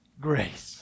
grace